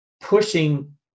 pushing